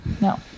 No